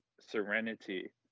serenity